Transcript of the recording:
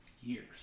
years